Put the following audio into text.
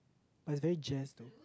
but it's very jazz though